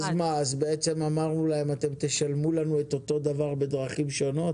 אז אמרנו להם שהם ישלמו לנו את אותו הדבר בדרכים אחרות?